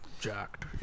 jacked